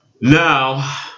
Now